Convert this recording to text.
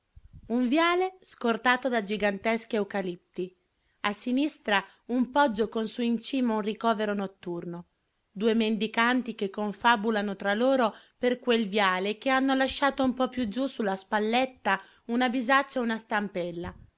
un viale scortato da giganteschi eucalipti a sinistra un poggio con su in cima un ricovero notturno due mendicanti che confabulano tra loro per quel viale e che hanno lasciato un po più giù sulla spalletta una bisaccia e una stampella